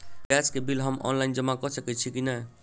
Gas केँ bill हम online जमा कऽ सकैत छी की नै?